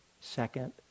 Second